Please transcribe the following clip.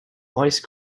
ice